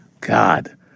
God